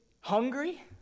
hungry